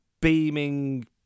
beaming